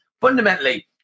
fundamentally